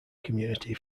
community